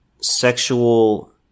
sexual